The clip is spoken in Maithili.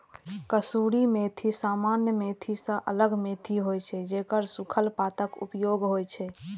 कसूरी मेथी सामान्य मेथी सं अलग मेथी होइ छै, जेकर सूखल पातक उपयोग होइ छै